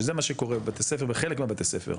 שזה מה שקורה בבתי הספר בחלק מבתי הספר,